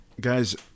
guys